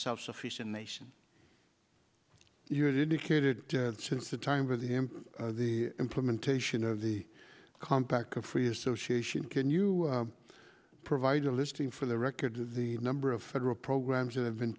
self sufficient nation you're indicated since the time of the end of the implementation of the compact of free association can you provide a listing for the record the number of federal programs that have been